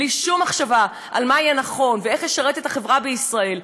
בלי שום מחשבה על מה יהיה נכון ואיך לשרת את החברה בישראל,